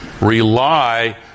rely